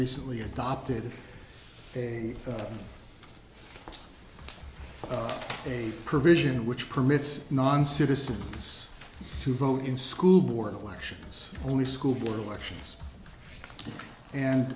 recently adopted a provision which permits non citizens to vote in school board elections only school board elections and